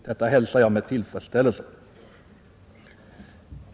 Detta hälsar jag med tillfredsställelse.